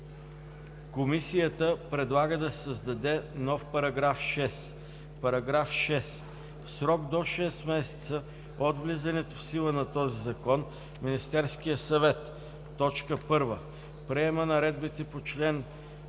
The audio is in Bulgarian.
Комисията предлага да се създаде нов § 6: „§ 6. В срок до 6 месеца от влизането в сила на този закон Министерският съвет: 1. приема наредбите по чл.